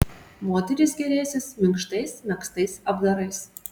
moterys gėrėsis minkštais megztais apdarais